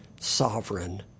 sovereign